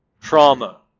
Trauma